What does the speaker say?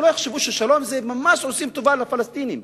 שלא יחשבו שבשלום הם ממש עושים טובה לפלסטינים,